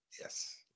Yes